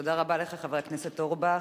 תודה רבה לך, חבר הכנסת אורבך.